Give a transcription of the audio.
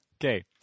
Okay